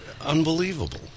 unbelievable